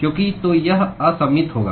क्योंकि तो यह असममित होगा